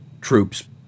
troops